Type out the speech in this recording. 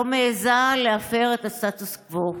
לא מעיזה להפר את הסטטוס קוו.